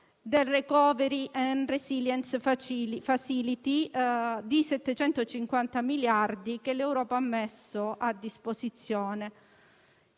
del *recovery and resilience facility* (750 miliardi che l'Europa ha messo a disposizione).